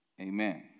Amen